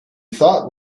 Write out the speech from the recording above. thought